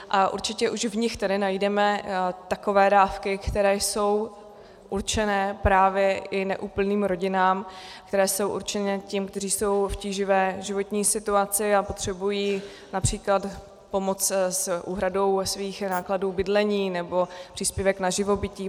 A určitě už v nich najdeme takové dávky, které jsou určené právě i neúplným rodinám, které jsou určené těm, kteří jsou v tíživé životní situaci a potřebují např. pomoc s úhradou svých nákladů bydlení nebo příspěvek na živobytí.